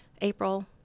April